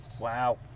wow